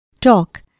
talk